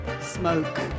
smoke